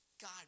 God